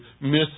miss